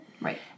Right